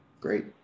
great